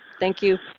thank you.